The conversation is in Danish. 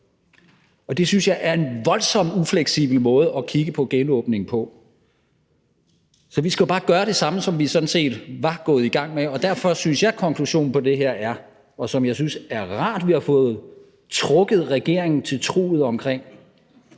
Og det synes jeg er en voldsomt ufleksibel måde at kigge på genåbningen på. Så vi skal jo bare gøre det samme, som vi sådan set var gået i gang med. Og derfor synes jeg, at konklusionen på det her er, og som jeg synes er rart at vi har fået trukket regeringen til truget omkring,